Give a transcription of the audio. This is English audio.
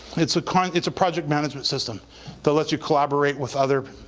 it's ah kind of it's a project management system that lets you collaborate with other,